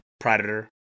Predator